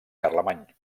carlemany